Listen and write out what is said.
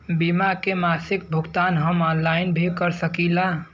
बीमा के मासिक भुगतान हम ऑनलाइन भी कर सकीला?